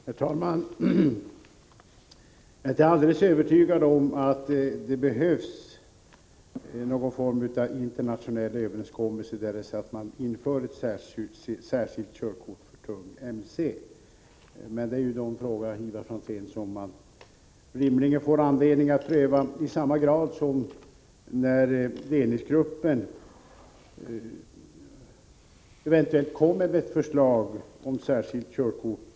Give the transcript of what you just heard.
Herr talman! Jag är inte alldeles övertygad om att det behövs någon form av internationell överenskommelse därest vi inför ett särskilt körkort för tung mc. Men det är en fråga, Ivar Franzén, som vi rimligen får anledning att pröva när ledningsgruppen eventuellt kommer med ett förslag om ett särskilt körkort.